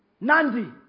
Nandi